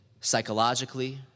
psychologically